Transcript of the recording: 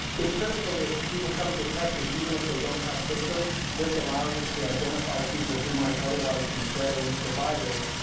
it's critical that people come and get tested even if they don't have symptoms. this allows us to identify people who might otherwise be spreading the virus.